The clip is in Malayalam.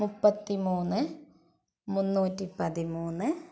മുപത്തിമൂന്ന് മുന്നൂറ്റി പതിമൂന്ന്